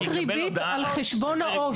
רק ריבית על חשבון העו"ש.